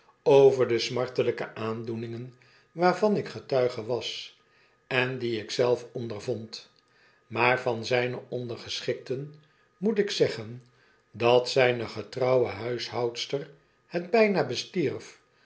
over de smartelijke aandoeningen waarvan ik getuige was en die ik zelf ondervond maar van zyne ondergeschikten moet ik zeggen dat zyne getrouwe nuishoudster het byna oestierf